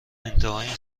انتهای